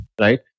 right